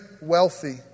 wealthy